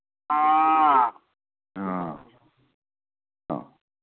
ꯑꯥ ꯑ